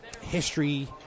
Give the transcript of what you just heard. history